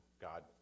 God